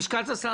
"לשכת השר"